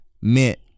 Meant